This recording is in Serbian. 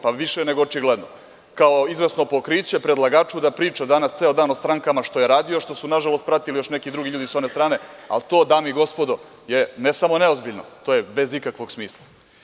Pa, više nego očigledno, kao izvesno pokriće predlagaču da priča danas ceo dan o strankama što je radio, što su nažalost pratili još neki drugi ljudi sa one strane, ali to dame i gospodo je ne samo neozbiljno, to je bez ikakvog smisla.